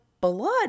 blood